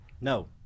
no